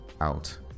out